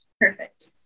Perfect